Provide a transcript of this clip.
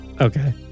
Okay